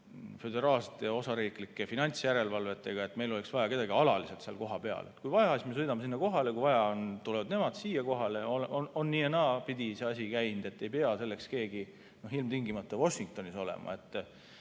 föderaalsete ja osariiklike finantsjärelevalvetega, et meil oleks vaja kedagi alaliselt seal kohapeal. Kui vaja, siis me sõidame sinna kohale, kui vaja on, tulevad nemad siia. See asi on nii- ja naapidi käinud, ei pea selleks keegi ilmtingimata Washingtonis olema,